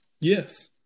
yes